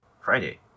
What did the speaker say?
Friday